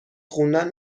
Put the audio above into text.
خوندن